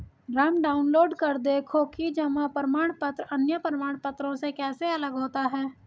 Ram download कर देखो कि जमा प्रमाण पत्र अन्य प्रमाण पत्रों से कैसे अलग होता है?